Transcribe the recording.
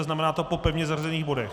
Znamená to po pevně zařazených bodech?